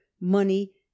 money